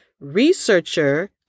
Researcher